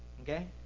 okay